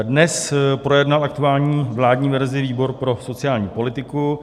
Dnes projednal aktuální vládní verzi výbor pro sociální politiku.